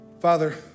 Father